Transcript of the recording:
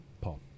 Paul